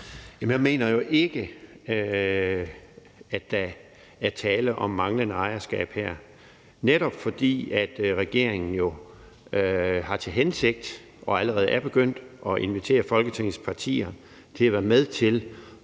Jeg mener jo ikke, at der er tale om manglende ejerskab her, netop fordi regeringen jo har til hensigt og allerede er begyndt at invitere Folketingets partier til at være med til